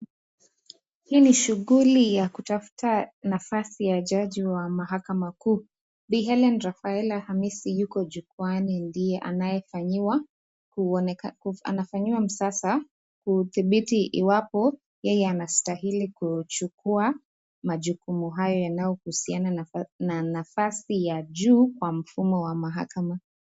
Hii ni shughuli ya kutafuta nafasi ya jaji wa Mahakama Kuu. Bi. Helene Rafaela Namisi yuko jukwaani, ndiye anayefanyiwa msasa kudhibiti iwapo yeye anastahili kuchukua majukumu hayo yanayohusiana na nafasi ya juu kwa mfumo wa mahakama.